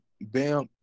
Bam –